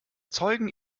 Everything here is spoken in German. zeugen